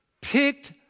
picked